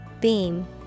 Beam